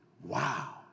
Wow